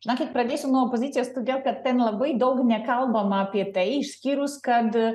žinokit pradėsiu nuo opozicijos todėl kad ten labai daug nekalbama apie tai išskyrus kad